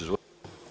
Izvolite.